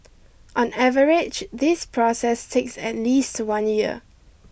on average this process takes at least one year